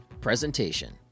Presentation